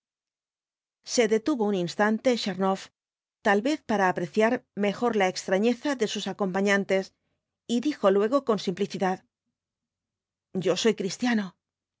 se detuvo un instante tchernoff tal vez para apreciar mejor la extrañeza de sus acompañantes y dijo luego con simplicidad yo soy cristiano